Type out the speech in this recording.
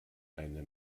eine